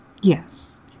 Yes